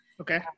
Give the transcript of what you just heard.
okay